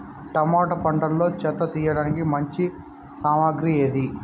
Tomato పంటలో చెత్త తీయడానికి మంచి సామగ్రి ఏది?